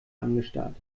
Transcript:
angestarrt